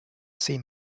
seem